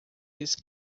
his